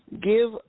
Give